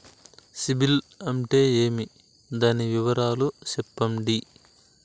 సిబిల్ అంటే ఏమి? దాని వివరాలు సెప్పండి?